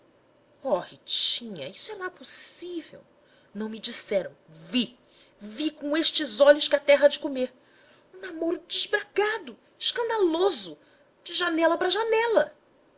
ritinha isso é lá possível não me disseram vi vi com estes olhos que a terra há de comer um namoro desbragado escandaloso de janela para janela